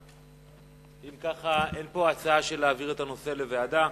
אם כך, אין פה הצעה להעביר את הנושא לוועדה.